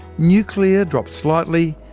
nuclear dropped slightly,